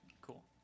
Cool